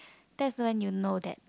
that's when you know that